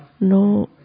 no